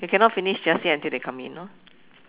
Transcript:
you cannot finish just say until they come in lor